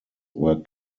were